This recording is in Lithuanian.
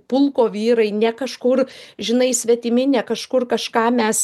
pulko vyrai ne kažkur žinai svetimi ne kažkur kažką mes